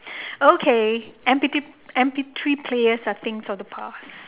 okay M_P three M_P three players are things of the past